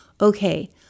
okay